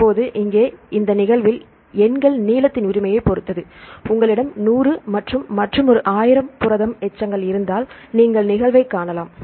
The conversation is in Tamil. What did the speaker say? இப்போது இங்கே இந்த நிகழ்வில் எண்கள் நீளத்தின் உரிமையைப் பொறுத்தது உங்களிடம் 100 மற்றும் மற்றொரு 1000 புரதம் எச்சங்கள் இருந்தால் நீங்கள் நிகழ்வை காணலாம்